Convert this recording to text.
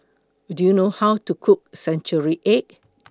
Do YOU know How to Cook Century Egg